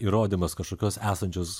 įrodymas kažkokios esančios